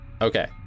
Okay